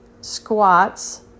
squats